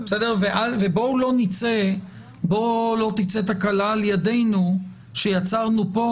בוא לא תצא תקלה על-ידינו שיצרנו פה